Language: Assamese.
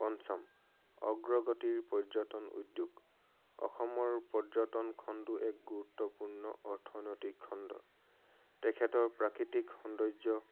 পঞ্চম অগ্ৰগতিৰ পৰ্যটন উদ্য়োগ অসমৰ পৰ্যটন খণ্ডো এক গুৰুত্বপূৰ্ণ অৰ্থনৈতিক খণ্ড তেখেতৰ প্ৰাকৃতিক সৌন্দৰ্য